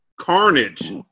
Carnage